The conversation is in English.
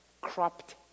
Cropped